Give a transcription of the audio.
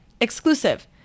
Exclusive